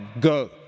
go